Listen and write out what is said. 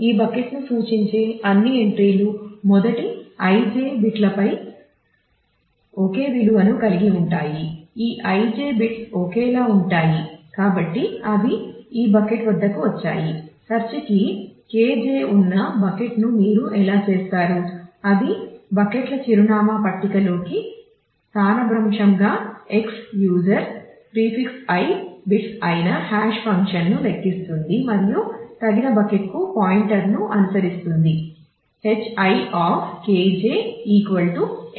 ఈ బకెట్ను సూచించే అన్ని ఎంట్రీలు X